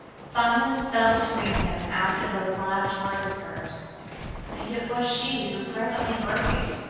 silence fell between them after those last words of hers and it was she who presently broke it,